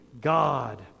God